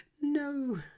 no